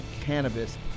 cannabis